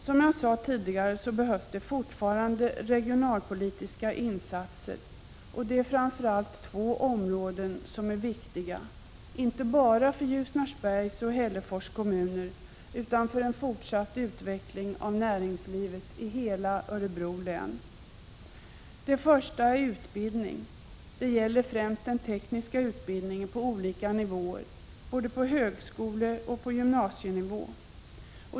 Som jag sade tidigare behövs det fortfarande regionalpolitiska insatser. Det är framför allt två områden som är viktiga, inte bara för Ljusnarsbergs och Hällefors kommuner, utan för en fortsatt utveckling av näringslivet i hela Örebro län. Det första är utbildning. Det gäller främst den tekniska utbildningen på olika nivåer, både på gymnasienivå och på högskolenivå.